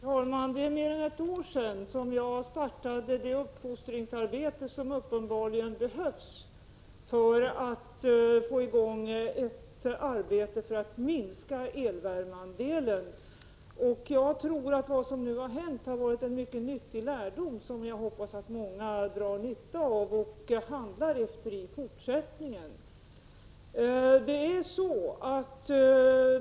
Herr talman! Det är mer än ett år sedan jag startade det uppfostringsarbete som uppenbarligen behövs för att få i gång ett arbete för att minska elvärmeandelen. Jag tror att vad som nu har hänt har inneburit en mycket nyttig lärdom som jag hoppas att många drar nytta av och handlar efter i fortsättningen.